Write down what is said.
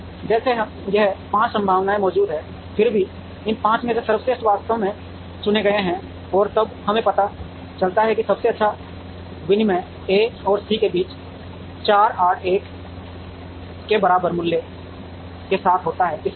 तो जैसे यह 5 संभावनाएं मौजूद हैं और फिर इन 5 में से सर्वश्रेष्ठ वास्तव में चुने गए हैं और तब हमें पता चलता है कि सबसे अच्छा विनिमय ए और सी के बीच 481 के बराबर मूल्य के साथ होता है